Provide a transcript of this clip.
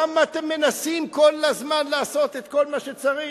למה אתם מנסים כל הזמן לעשות את כל מה שצריך?